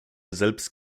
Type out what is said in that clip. selbst